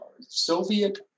Soviet